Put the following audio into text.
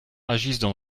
agissent